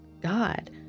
God